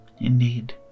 Indeed